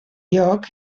lloc